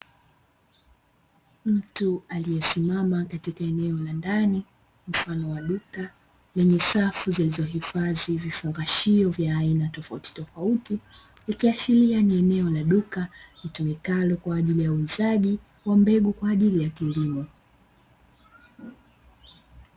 Mtu aliyesimama katika eneo la ndani mfano wa duka lenye safu zilizohifadhi vifungashio vya aina tofautitofauti, ikiashiria ni eneo la duka linalotumika kwa ajili ya uuzaji wa mbegu kwa ajili ya kilimo.